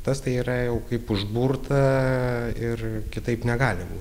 tas tai yra jau kaip užburta ir kitaip negali būti